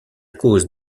cause